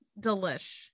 delish